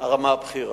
הרמה הבכירה.